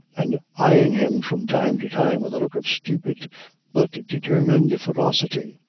and eyeing him from time to time with a look of stupid but determined ferocity.